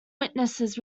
witnesses